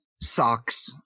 socks